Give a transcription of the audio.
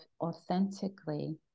authentically